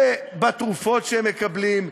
בתרופות שהם מקבלים,